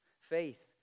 faith